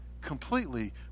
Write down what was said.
completely